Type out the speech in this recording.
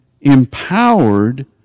empowered